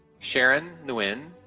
sharon nguyen,